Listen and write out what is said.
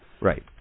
Right